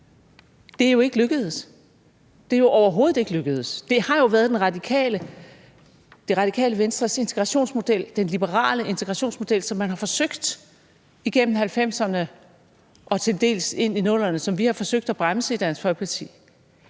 Det er jo ikke lykkedes. Det er jo overhovedet ikke lykkedes. Det har jo været Radikale Venstres integrationsmodel, den liberale integrationsmodel, som man har forsøgt igennem 1990'erne og til dels ind i 00'erne – som vi har forsøgt at bremse i Dansk Folkeparti